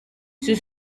sus